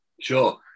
Sure